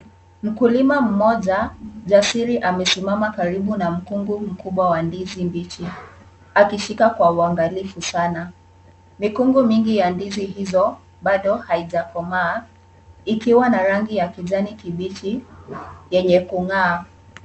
Mkulima mmoja jasiri amesimama karibu na mkungu mkubwa wa ndizi mbichi akishika kwa unagalifu sana. Mikungu mingi ya ndizi hizo bado haijakomaa ikiwa na rangi ya kijani kibichi yenye kung'aa.